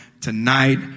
tonight